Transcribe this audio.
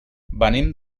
venim